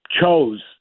chose